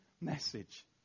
message